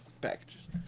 packages